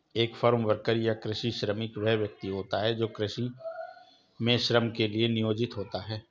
एक farm worker या कृषि श्रमिक वह व्यक्ति होता है जो कृषि में श्रम के लिए नियोजित होता है